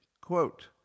Quote